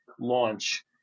launch